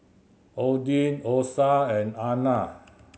Odin Osa and Ana